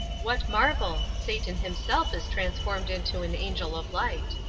what marvel? satan himself is transformed into an angel of light.